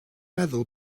meddwl